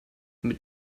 mit